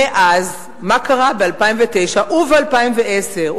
מה קרה ב-2009 וב-2010.